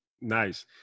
Nice